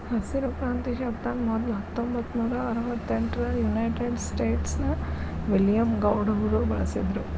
ಹಸಿರು ಕ್ರಾಂತಿ ಶಬ್ದಾನ ಮೊದ್ಲ ಹತ್ತೊಂಭತ್ತನೂರಾ ಅರವತ್ತೆಂಟರಾಗ ಯುನೈಟೆಡ್ ಸ್ಟೇಟ್ಸ್ ನ ವಿಲಿಯಂ ಗೌಡ್ ಅವರು ಬಳಸಿದ್ರು